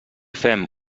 fem